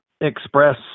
express